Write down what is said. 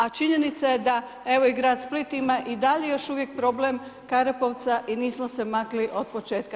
A činjenica je da evo i grad Split ima i dalje još uvijek problem Karepovca i nismo se makli od početka.